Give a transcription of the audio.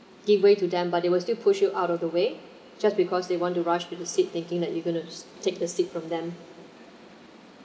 give way to them but they were still push you out of the way just because they want to rush to the seat thinking that you going to take the seat from them